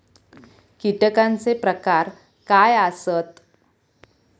कीटकांचे प्रकार काय आसत?